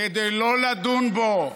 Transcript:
כדי לדון בו.